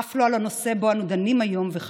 אף לא על הנושא שבו אנו דנים היום ועל